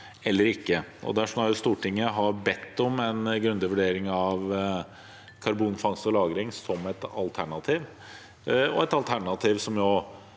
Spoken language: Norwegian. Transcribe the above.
eller ikke. Derfor har Stortinget bedt om en grundig vurdering av karbonfangst og -lagring som et alternativ – et alternativ som